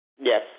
Yes